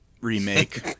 remake